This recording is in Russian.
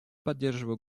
поддерживаю